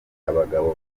abagabo